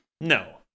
No